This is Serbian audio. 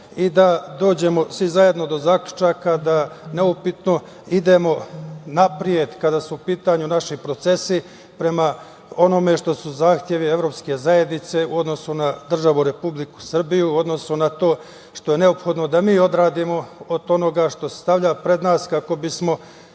i da dođemo svi zajedno do zaključaka da neupitno idemo napred kada su u pitanju naši procesi, prema onome što su zahtevi evropske zajednice u odnosu na državu, Republiku Srbiju, u odnosu na to što je neophodno da mi odradimo od onoga što se stavlja pred nas kako bismo